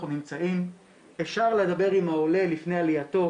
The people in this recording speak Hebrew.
נמצאים אפשר לדבר עם העולה לפני עלייתו,